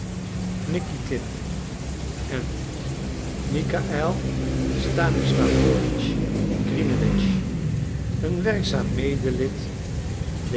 nikitin en michael stanislawowitsch grinewitsch een werkzaam medelid